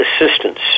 assistance